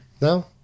No